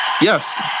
Yes